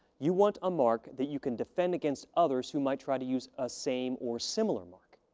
you want a mark that you can defend against others who might try to use a same or similar mark.